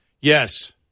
Yes